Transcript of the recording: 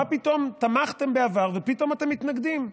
מה פתאום תמכתם בעבר ופתאום אתם מתנגדים?